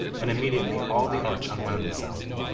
and immediately all the arch unwound itself.